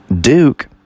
Duke